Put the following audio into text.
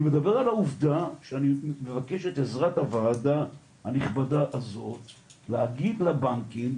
אני מדבר על העובדה שאני מבקש את עזרת הוועדה הנכבדה הזו להגיד לבנקים,